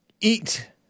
Eat